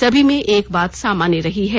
सभी में एक बात सामान्य रही है